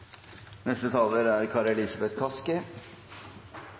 Neste talar er